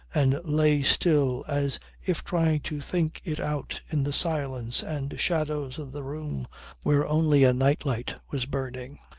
and lay still as if trying to think it out in the silence and shadows of the room where only a night-light was burning.